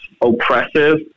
oppressive